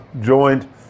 joined